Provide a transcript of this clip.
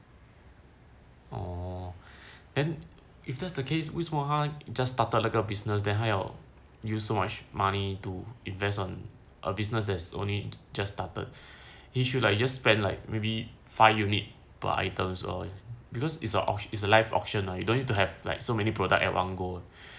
orh then if that's the case 为什么他 just started 那个 business then 还要 use to much money to invest on a business that's only just started he should like just spend like maybe five unit per items lor because is a is a live auction or you don't need to have like so many product at one go